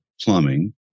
plumbing